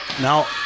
now